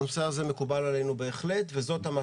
הנושא הזה מקובל עלינו בהחלט, וזאת המטרה.